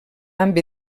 amb